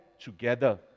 together